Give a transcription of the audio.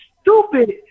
stupid